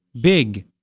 big